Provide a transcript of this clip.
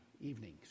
evenings